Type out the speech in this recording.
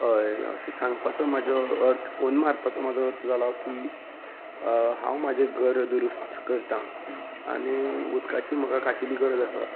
हय अशें सांगपाचो म्हाजो अर्थ फोन मारपाचो म्हाजो अर्थ जालो की हांव म्हाजें घर दुरुस्त करतां आनी उदकाची म्हाका खाशेली गरज आसा